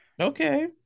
Okay